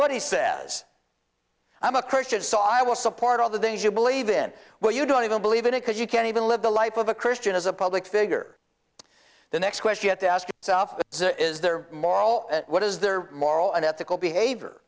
what he says i'm a christian so i will support all the things you believe in what you don't even believe in it because you can even live the life of a christian as a public figure the next question to ask is their moral what is their moral and ethical behavior